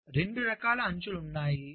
కాబట్టి 2 రకాల అంచులు ఉన్నాయి